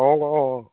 অঁ অঁ অঁ